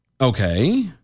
Okay